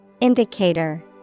Indicator